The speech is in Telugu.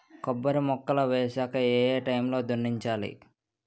కొబ్బరి మొక్కలు వేసాక ఏ ఏ టైమ్ లో దున్నించాలి?